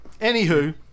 Anywho